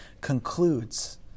concludes